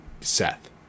Seth